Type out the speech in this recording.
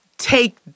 Take